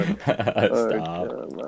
Stop